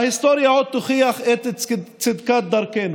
ההיסטוריה עוד תוכיח את צדקת דרכנו.